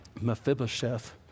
Mephibosheth